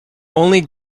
only